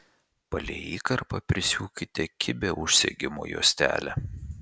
palei įkarpą prisiūkite kibią užsegimo juostelę